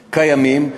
קיימים.